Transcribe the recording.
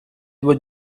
due